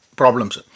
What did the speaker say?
problems